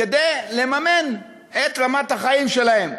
כדי לממן את רמת החיים שלהם.